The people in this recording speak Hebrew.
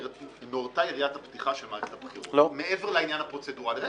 נורתה יריית הפתיחה של מערכת הבחירות מעבר לעניין הפרוצדורלי -- לא.